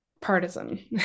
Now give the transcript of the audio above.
partisan